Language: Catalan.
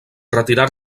retirar